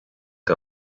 que